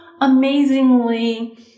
amazingly